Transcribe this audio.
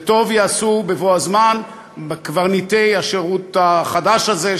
וטוב יעשו בבוא הזמן קברניטי השירות החדש הזה,